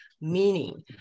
meaning